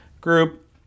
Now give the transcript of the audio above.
group